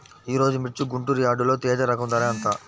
ఈరోజు మిర్చి గుంటూరు యార్డులో తేజ రకం ధర ఎంత?